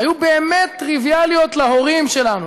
שהיו באמת טריוויאליות להורים שלנו,